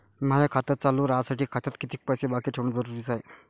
माय खातं चालू राहासाठी खात्यात कितीक पैसे बाकी ठेवणं जरुरीच हाय?